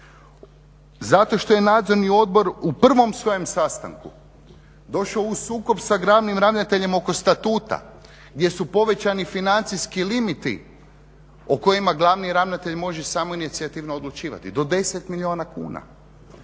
Zato što je Nadzorni odbor u prvom svojem sastanku došao u sukob sa glavnim ravnateljem oko statuta gdje su povećani financijski limiti o kojima glavni ravnatelj može samoinicijativno odlučivati, do 10 milijuna kuna.